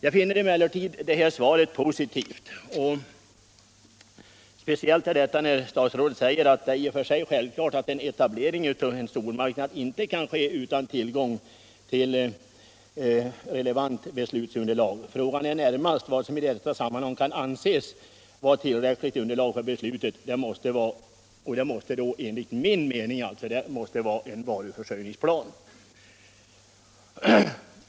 Jag finner emellertid svaret positivt, speciellt när statsrådet säger följande: ”Det är i och för sig självklart att en etablering av en stormarknad inte kan ske utan tillgång till relevant beslutsunderlag. Frågan är närmast vad som i detta sammanhang skall anses vara tillräckligt underlag för beslut.” — Enligt min mening måste underlaget vara en varuförsörjningsplan.